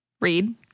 Read